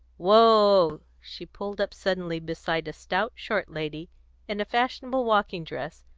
whoa! she pulled up suddenly beside a stout, short lady in a fashionable walking dress,